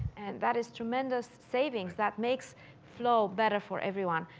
and that is tremendous savings that makes flow better for everyone.